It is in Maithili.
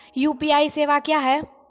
यु.पी.आई सेवा क्या हैं?